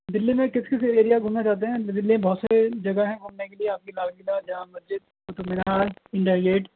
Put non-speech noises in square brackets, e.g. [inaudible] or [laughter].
دلی میں کس کس [unintelligible] ایریا گھومنا چاہتے ہیں دلی میں بہت سے جگہ ہیں گھومنے کے لیے آپ کی لال قلعہ جامع مسجد قطب مینار انڈیا گیٹ